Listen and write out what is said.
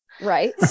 right